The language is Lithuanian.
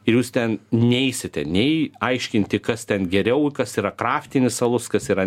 ir jūs ten neisite nei aiškinti kas ten geriau kas yra kraftinis alus kas yra